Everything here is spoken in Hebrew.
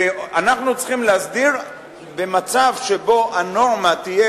ואנחנו צריכים להסדיר מצב שבו הנורמה תקבע